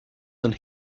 than